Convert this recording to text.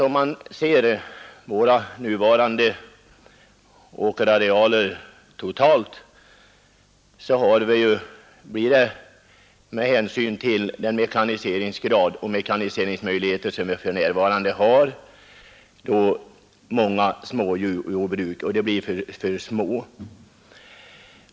Om man ser våra nuvarande åkerarealer totalt måste man konstatera att med den mekaniseringsgrad och mekaniseringsmöjlighet vi för närvarande har blir det manga små jordbruk. De blir för små.